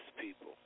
people